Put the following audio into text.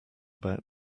about